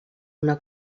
una